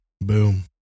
Boom